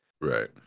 right